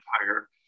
empire